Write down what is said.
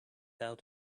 out